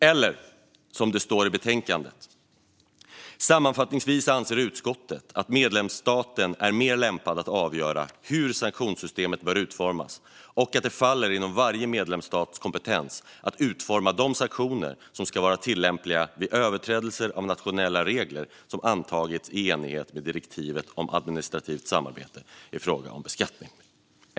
Eller som det står i utlåtandet: "Sammanfattningsvis anser utskottet att medlemsstaten är mer lämpad att avgöra hur sanktionssystemet bör utformas och att det faller inom varje medlemsstats kompetens att utforma de sanktioner som ska vara tillämpliga vid överträdelser av nationella regler som antagits i enlighet med direktivet om administrativt samarbete i fråga om beskattning."